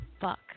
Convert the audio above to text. fuck